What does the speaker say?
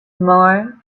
more